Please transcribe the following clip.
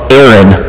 Aaron